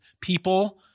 people